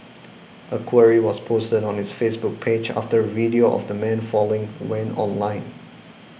a query was posted on its Facebook page after the video of the man falling went online